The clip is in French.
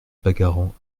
bagarrant